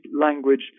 language